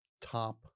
top